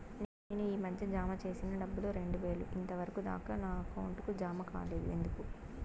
నేను ఈ మధ్య జామ సేసిన డబ్బులు రెండు వేలు ఇంతవరకు దాకా నా అకౌంట్ కు జామ కాలేదు ఎందుకు?